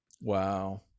Wow